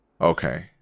Okay